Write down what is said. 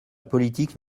politique